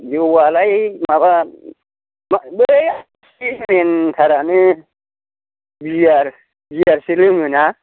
जौआलाय माबा बै आलासि मैन थारानो बियारसो लोङो ना